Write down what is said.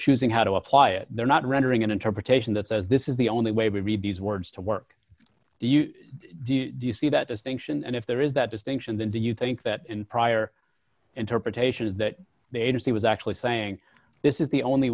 choosing how to apply it they're not rendering an interpretation that says this is the only way we read these words to work do you do you do you see that distinction and if there is that distinction than do you think that in prior interpretations that the agency was actually saying this is the only